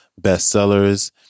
bestsellers